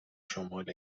شمال